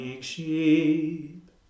sheep